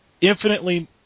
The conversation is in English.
infinitely